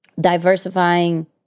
diversifying